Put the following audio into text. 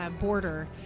border